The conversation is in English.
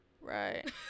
Right